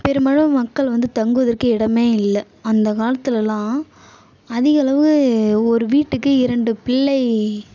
பெரும்பாலும் மக்கள் வந்து தங்குவதற்கு இடமே இல்லை அந்த காலத்திலலாம் அதிகளவு ஒரு வீட்டுக்கு இரண்டு பிள்ளை